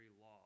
law